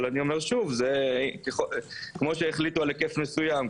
אבל שוב - כפי שהחליטו על היקף מסוים,